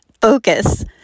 Focus